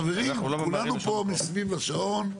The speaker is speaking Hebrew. חברים, כולנו פה סביב השעון,